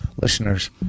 listeners